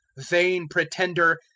vain pretender!